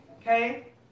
Okay